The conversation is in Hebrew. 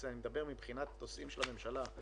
אני מדבר מבחינת נושאים של הממשלה.